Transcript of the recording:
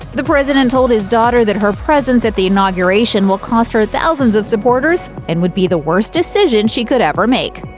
the president told his daughter that her presence at the inauguration will cost her thousands of supporters and would be the worst decision she could ever make.